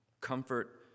Comfort